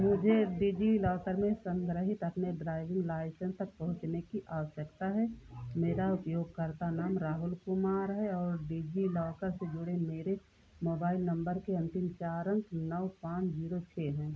मुझे डिज़िलॉकर में सन्ग्रहीत अपने ड्राइविन्ग लाइसेन्स तक पहुँचने की आवश्यकता है मेरा उपयोगकर्ता नाम राहुल कुमार है और डिज़िलॉकर से जुड़े मेरे मोबाइल नम्बर के अन्तिम चार अंक नौ पाँच ज़ीरो छह हैं